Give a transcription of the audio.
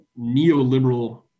neoliberal